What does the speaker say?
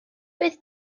beth